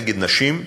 נגד נשים,